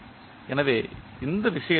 எனவே அந்த விஷயத்தில்